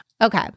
Okay